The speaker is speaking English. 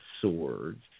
Swords